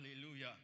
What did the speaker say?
Hallelujah